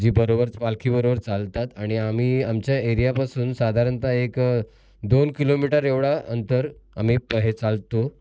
जी बरोबरचं पालखी बरोबर चालतात आणि आम्ही आमच्या एरिया पासून साधारणतः एक दोन किलोमीटर एवढा अंतर आम्ही हे चालतो